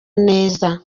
neza